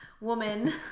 woman